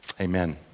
Amen